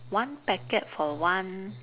one packet for one